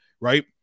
right